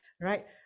right